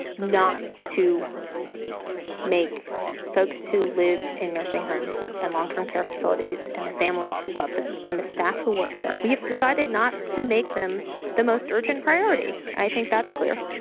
not to make folks who live in nursing homes and long term care facilities, and the families who love them, and the staff who work there, we have decided not to make them the most urgent priority. i think that's clear.